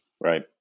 right